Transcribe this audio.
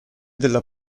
della